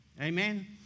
Amen